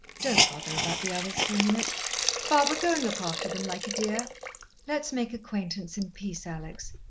don't bother about the others for a minute barbara, go and look after them, like a dear let's make acquaintance in peace, alex.